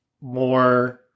more